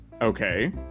Okay